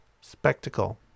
spectacle